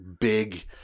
big